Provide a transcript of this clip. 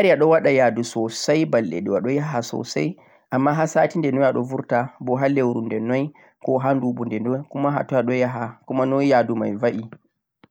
mi laari a ɗo waɗa yaadu soosay balɗe ɗo aɗo yaha soosay ammaa ha 'sati' nde noy a ɗo burta?, bo ha lewru nde noy?, ko ha nduuɓu nde noy?, kuma ha toy a ɗo yaha?, kuma noy yaadu may ba i?.